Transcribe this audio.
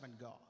God